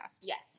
Yes